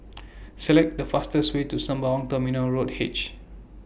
Select The fastest Way to Sembawang Terminal Road H